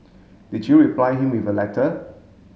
did you reply him with a letter